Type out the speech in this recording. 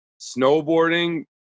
snowboarding